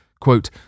quote